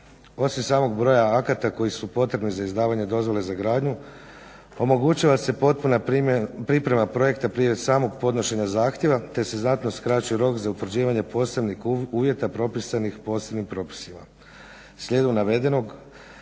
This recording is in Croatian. Poslije samog broja akata koji su potrebni za izdavanje dozvole za gradnju omogućava se potpuna priprema projekta prije samog podnošenja zahtjeva, te se znatno skraćuje rok za utvrđivanje posebnih uvjeta propisanih posebnim propisima. Slijedom navedenog